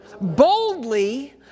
Boldly